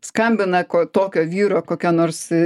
skambina ko tokio vyro kokia nors